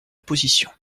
position